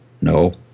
no